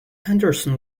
anderson